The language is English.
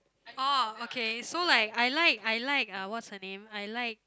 oh okay so like I like I like uh what's her name I like